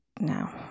No